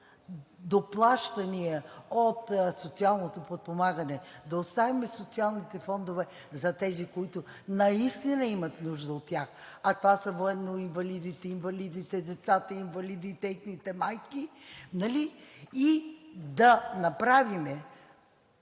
доплащания от социалното подпомагане – да оставим социалните фондове за тези, които наистина имат нужда от тях, а това са военноинвалидите, инвалидите, децата инвалиди и техните майки, и да направим